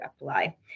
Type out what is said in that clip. apply